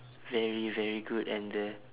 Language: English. very very good and then